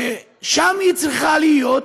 ששם היא צריכה להיות,